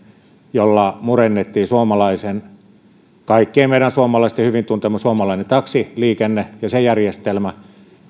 jolla murennettiin kaikkien meidän suomalaisten hyvin tuntema suomalainen taksiliikenne ja sen järjestelmä